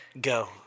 go